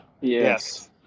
Yes